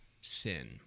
sin